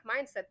mindset